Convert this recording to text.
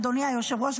אדוני היושב-ראש,